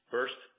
First